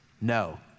No